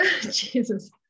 Jesus